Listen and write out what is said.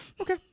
Okay